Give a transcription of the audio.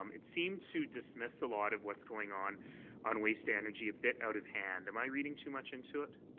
um it seemed to dismiss a lot of what's going on on waste energy a bit out of hand. am i reading too much into it?